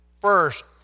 First